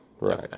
Right